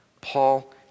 Paul